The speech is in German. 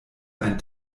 ein